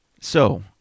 So-